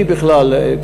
אני בכלל,